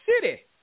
City